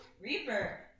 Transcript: Reaper